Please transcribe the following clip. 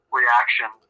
reaction